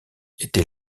était